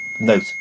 note